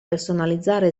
personalizzare